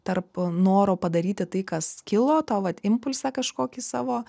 tarp noro padaryti tai kas kilo to vat impulsą kažkokį savo